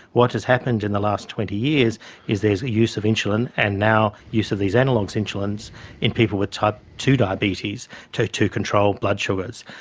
what has happened in the last twenty years is there's use of insulin and now use of these analogue insulins in people with type ii diabetes to to control blood sugars.